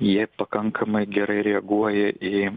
jie pakankamai gerai reaguoja į